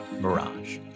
Mirage